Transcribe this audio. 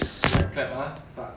clap ashtray